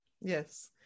Yes